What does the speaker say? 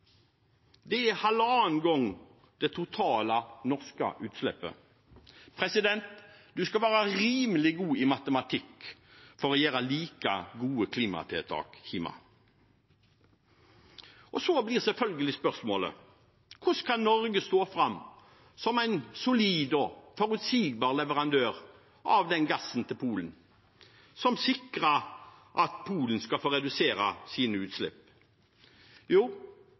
Det er halvannen gang det totale norske utslippet. En skal være rimelig god i matematikk for å gjøre like gode klimatiltak hjemme. Så blir selvfølgelig spørsmålet: Hvordan kan Norge stå fram som en solid og forutsigbar leverandør av den gassen til Polen som sikrer at Polen skal få redusere sine utslipp? Jo,